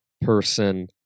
person